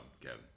Kevin